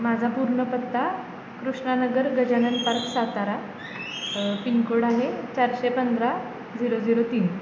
माझा पूर्ण पत्ता कृष्णानगर गजानन पार्क सातारा पिनकोड आहे चारशे पंधरा झिरो झिरो तीन